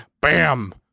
bam